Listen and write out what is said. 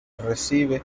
recibe